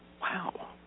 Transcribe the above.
Wow